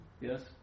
Yes